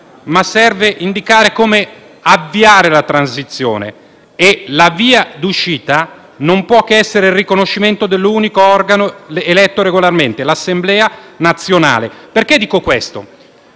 ma serve indicare come avviare la transizione e la via d'uscita non può che essere il riconoscimento dell'unico organo eletto regolarmente: l'Assemblea nazionale. Dico questo